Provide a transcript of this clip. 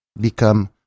become